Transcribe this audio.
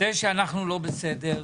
זה שאנחנו לא בסדר,